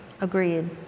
Agreed